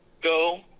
Go